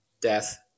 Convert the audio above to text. death